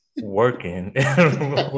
Working